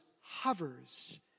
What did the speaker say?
hovers